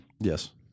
Yes